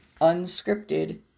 unscripted